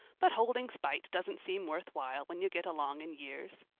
but holding spite doesn't seem worth while when you get along in years.